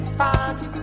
party